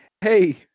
Hey